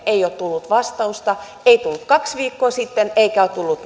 ei ole tullut vastausta ei tullut kaksi viikkoa sitten eikä ole tullut